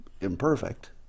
imperfect